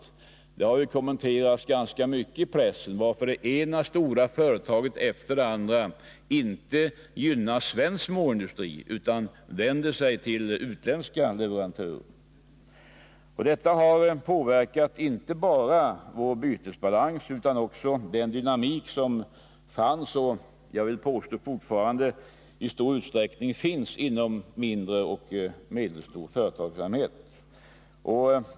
Detta har kommenterats mycket i pressen, och man har undrat varför det ena stora företaget efter det andra slutar att gynna svensk småindustri och i stället vänder sig till utländska leverantörer. Det har påverkat inte bara vår bytesbalans utan också den dynamik som fanns och fortfarande i stor utsträ kning finns inom den mindre och medelstora företagsamheten.